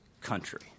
country